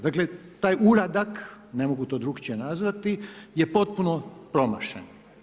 Dakle, taj uradak, ne mogu to drugačije nazvati je potpuno promašen.